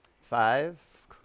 Five